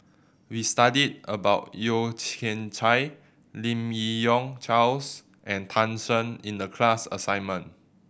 we studied about Yeo Kian Chai Lim Yi Yong Charles and Tan Shen in the class assignment